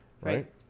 right